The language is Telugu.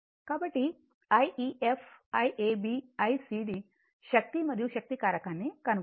కాబట్టి I ef Iab Icd శక్తి మరియు శక్తి కారకాన్ని కనుగొనాలి